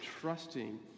trusting